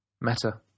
Meta